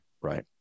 right